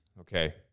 okay